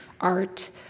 art